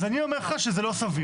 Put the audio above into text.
אז אני אומר לך שזה לא סביר.